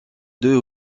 deux